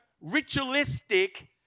ritualistic